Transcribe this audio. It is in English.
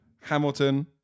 Hamilton